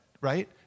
right